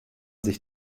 sich